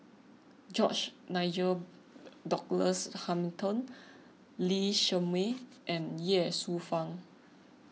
George Nigel Douglas Hamilton Lee Shermay and Ye Shufang